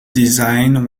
design